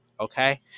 okay